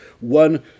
one